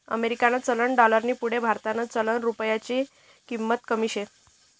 अमेरिकानं चलन डालरनी पुढे भारतनं चलन रुप्यानी किंमत कमी शे